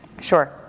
sure